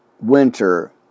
winter